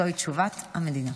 זוהי תשובת המדינה.